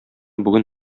бүген